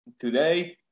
today